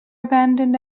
abandoned